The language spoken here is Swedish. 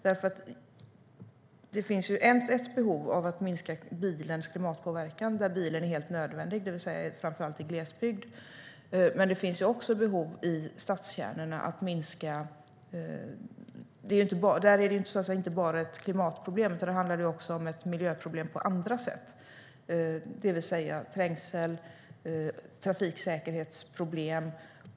Det finns ett behov av att minska bilens klimatpåverkan där bilen är helt nödvändig, det vill säga framför allt i glesbygd. Men i stadskärnorna är det inte bara ett klimatproblem. Där är det ett miljöproblem på andra sätt, det vill säga trängsel och trafiksäkerhetsproblem.